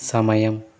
సమయం